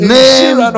Name